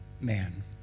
man